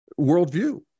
worldview